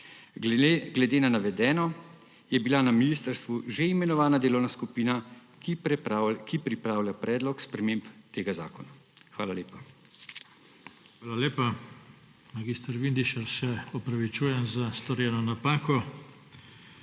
Glede na navedeno je bila na ministrstvu že imenovana delovna skupina, ki pripravlja predlog sprememb tega zakona. Hvala lepa. **PODPREDSEDNIK JOŽE TANKO:** Hvala lepa. Mag. Vindišar, se opravičujem za storjeno napako.